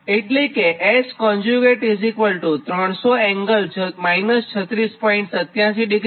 તો એટલે અહીં S કોન્જ્યુગેટ 300∠ 36